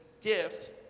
gift